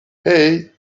hey